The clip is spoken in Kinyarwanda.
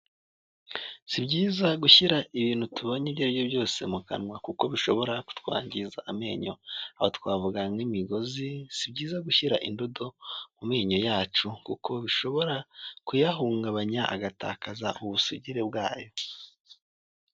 Si byiza gushyira ibintu tubonye ibyo aribyo byose mu kanwa, kuko bishobora kutwangiza amenyo aba twavuga nk’imigozi. Si byiza gushyira indodo mu menyo yacu, kuko bishobora kuyahungabanya agatakaza ubusugire bwayo.